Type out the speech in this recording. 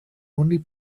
only